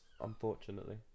unfortunately